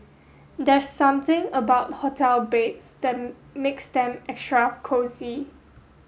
there's something about hotel beds that makes them extra cosy